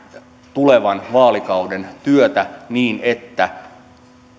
tulevan vaalikauden työtä niin että